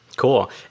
Cool